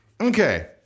Okay